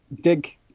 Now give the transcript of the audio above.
dig